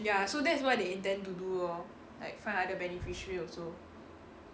ya so that's what they intend to lor like find other beneficiary also